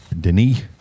Denis